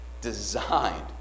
designed